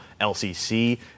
LCC